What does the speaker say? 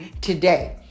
today